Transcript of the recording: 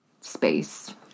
space